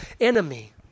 enemy